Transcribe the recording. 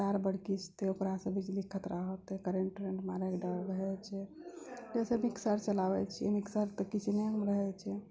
तऽ तार बरैक जेते ओकरासँ बिजलीके खतरा होतै करेन्ट वरेन्ट मारैके डर रहै छै जैसे कि मिक्सर चलाबै छी मिक्सर तऽ किचनेमे रहै छै